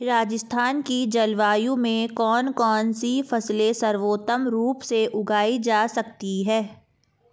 राजस्थान की जलवायु में कौन कौनसी फसलें सर्वोत्तम रूप से उगाई जा सकती हैं?